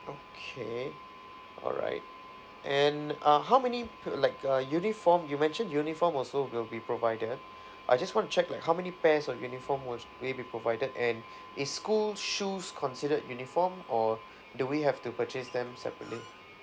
okay all right and uh how many like uh uniform you mentioned uniform also will be provided I just want to check like how many pairs of uniform was will it be provided and is school shoes considered uniform or do we have to purchase them separately